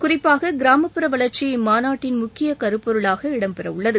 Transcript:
குறிப்பாக கிராமப்புற வளர்ச்சி இம்மாநாட்டின் முக்கிய கருப்பொருளாக இடம்பெறவுள்ளது